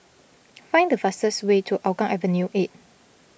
find the fastest way to Hougang Avenue eight